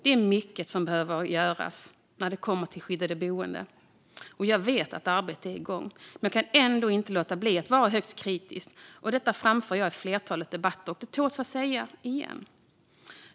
Det är mycket som behöver göras när det kommer till skyddade boenden. Jag vet att arbete är igång, men jag kan ändå inte låta bli att vara högst kritisk. Detta framför jag också i många debatter, och det tål att sägas igen.